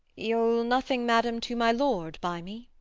you'll nothing, madam, to my lord by me?